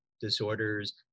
disorders